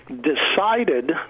decided